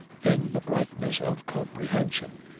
in the brightness of comprehension,